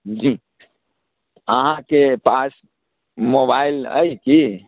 जी अहाँकेँ पास मोबाइल अइ की